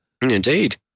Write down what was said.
Indeed